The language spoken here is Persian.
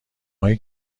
هایی